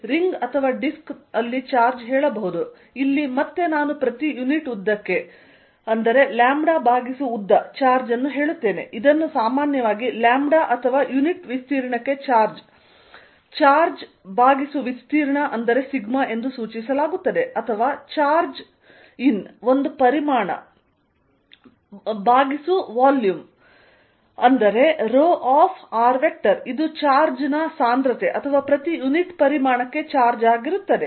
ring ಅಥವಾ disc ಅಲ್ಲಿ charge ಹೇಳಬಹುದು ಇಲ್ಲಿ ಮತ್ತೆ ನಾನು ಪ್ರತಿ ಯೂನಿಟ್ ಉದ್ದಕ್ಕೆ λ ಉದ್ದ ಚಾರ್ಜ್ ಅನ್ನು ಹೇಳುತ್ತೇನೆ ಇದನ್ನು ಸಾಮಾನ್ಯವಾಗಿ ಲ್ಯಾಂಬ್ಡಾ ಅಥವಾ ಯುನಿಟ್ ವಿಸ್ತೀರ್ಣಕ್ಕೆ ಚಾರ್ಜ್ ಚಾರ್ಜ್ ವಿಸ್ತೀರ್ಣ σ ಎಂದು ಸೂಚಿಸಲಾಗುತ್ತದೆ ಅಥವಾ ಚಾರ್ಜ್ ಇನ್ ಒಂದು ಪರಿಮಾಣ ಚಾರ್ಜ್ ವಾಲ್ಯೂಮ್ ρ ಇದು ಚಾರ್ಜ್ ಸಾಂದ್ರತೆ ಅಥವಾ ಪ್ರತಿ ಯೂನಿಟ್ ಪರಿಮಾಣಕ್ಕೆ ಚಾರ್ಜ್ ಆಗಿರುತ್ತದೆ